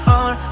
on